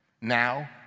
now